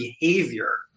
behavior